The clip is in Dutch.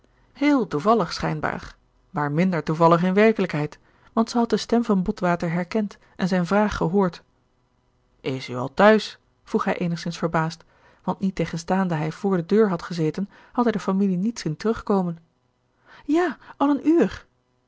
heel toevallig schijnbaar maar minder toevallig in werkelijkheid want zij had de stem van botwater herkend en zijne vraag gehoord is u al t'huis vroeg hij eenigzins verbaasd want niettegenstaande hij vr de deur had gezeten had hij de familie niet zien terugkomen ja al een uur